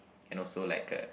and also like a